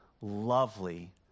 lovely